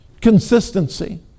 consistency